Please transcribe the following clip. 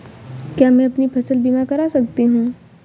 क्या मैं अपनी फसल बीमा करा सकती हूँ?